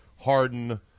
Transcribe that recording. Harden